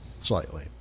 slightly